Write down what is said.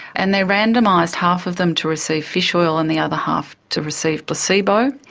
and they randomised half of them to receive fish oil and the other half to receive placebo.